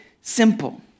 simple